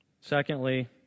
Secondly